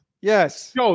Yes